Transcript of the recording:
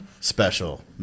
special